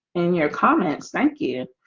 and your comments thank you,